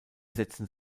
setzen